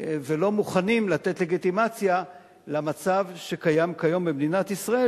ולא מוכנים לתת לגיטימציה למצב שקיים כיום במדינת ישראל,